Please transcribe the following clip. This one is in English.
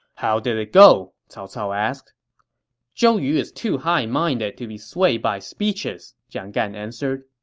how did it go? cao cao asked zhou yu is too high-minded to be swayed by speeches, jiang gan answered